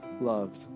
loved